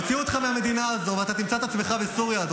יוציאו אותך מהמדינה הזאת ואתה תמצא את עצמך בסוריה,